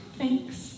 thanks